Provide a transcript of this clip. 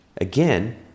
again